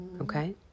Okay